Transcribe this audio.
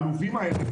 העלובים האלה,